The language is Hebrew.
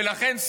ולכן,